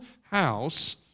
house